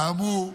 כאמור,